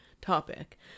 topic